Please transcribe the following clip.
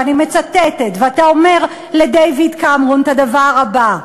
ואתה אומר לדייוויד קמרון את הדבר הבא,